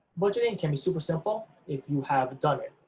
budgeting can be super simple if you have done it,